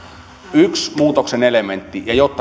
yksi muutoksen elementti jotta